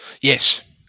yes